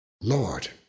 Lord